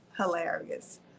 hilarious